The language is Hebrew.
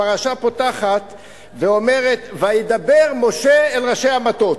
הפרשה פותחת ואומרת: "וידבר משה אל ראשי המטות".